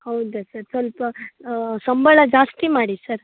ಹೌದ ಸರ್ ಸ್ವಲ್ಪ ಸಂಬಳ ಜಾಸ್ತಿ ಮಾಡಿ ಸರ್